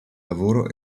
lavoro